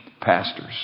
pastors